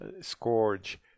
scourge